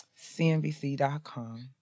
CNBC.com